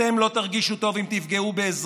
אתם לא תרגישו טוב אם תפגעו באזרחים